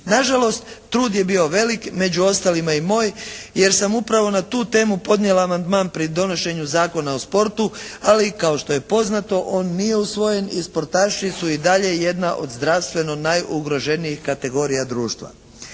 Nažalost trud je bio veliki, među ostalima i moj, jer sam upravo na tu temu podnijela amandman pri donošenju Zakona o sportu, ali kao što je poznato on nije usvojen i sportaši su i dalje jedna od zdravstveno najugroženijih kategorija društva.